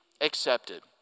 accepted